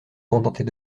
contenter